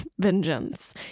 vengeance